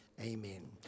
Amen